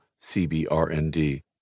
CBRND